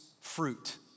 fruit